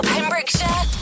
Pembrokeshire